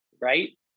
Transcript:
right